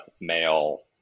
male